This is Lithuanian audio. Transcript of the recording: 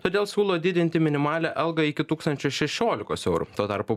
todėl siūlo didinti minimalią algą iki tūkstančio šešiolikos eurų tuo tarpu